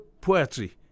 poetry